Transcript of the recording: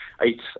eight